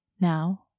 Now